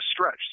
stretch